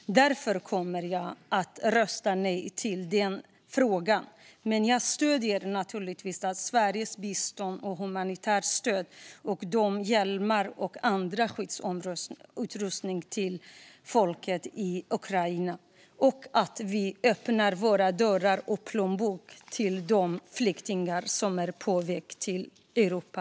Därför kommer jag att rösta nej i denna fråga, men jag stöder naturligtvis Sveriges bistånd, humanitära stöd, hjälmar och annan skyddsutrustning som sänds till Ukraina. Vi ska öppna våra dörrar och plånböcker för de flyktingar som är på väg till Europa.